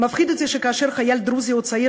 מפחיד אותי שכאשר חייל דרוזי או צעיר